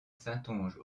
saintonge